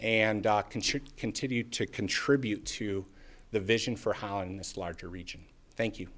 and continue to contribute to the vision for how in this larger region thank you